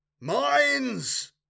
Mines